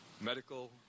medical